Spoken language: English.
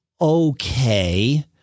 okay